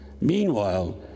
Meanwhile